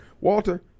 walter